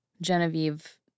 Genevieve